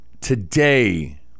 today